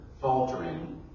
faltering